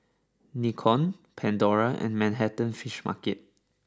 Nikon Pandora and Manhattan Fish Market